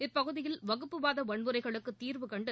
இப்பகுதியில் வகுப்புவாத வன்முறைகளுக்கு தீர்வுகண்டு